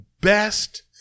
best